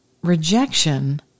Rejection